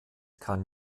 kann